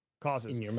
Causes